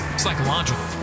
psychological